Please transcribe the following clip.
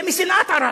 זה משנאת ערב.